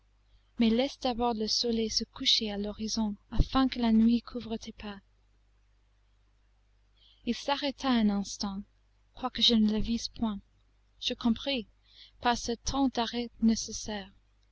mais laisse d'abord le soleil se coucher à l'horizon afin que la nuit couvre tes pas il s'arrêta un instant quoique je ne le visse point je compris par ce temps d'arrêt nécessaire